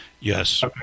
Yes